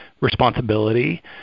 responsibility